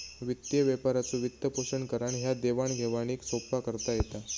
वित्तीय व्यापाराचो वित्तपोषण करान ह्या देवाण घेवाणीक सोप्पा करता येता